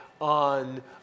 on